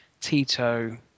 Tito